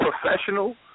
professional